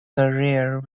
career